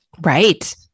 Right